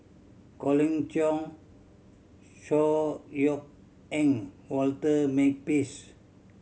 Colin Cheong Chor Yeok Eng Walter Makepeace